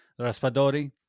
Raspadori